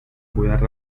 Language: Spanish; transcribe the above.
cuidar